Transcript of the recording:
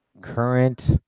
current